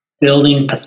building